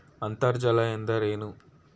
ಅಂತರ್ಜಲ ಎಂದರೇನು?